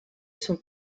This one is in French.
son